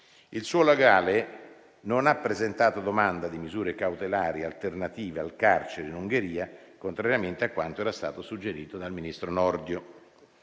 Il suo legale non ha presentato domanda di misure cautelari alternative al carcere in Ungheria, contrariamente a quanto era stato suggerito dal ministro Nordio.